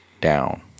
down